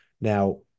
now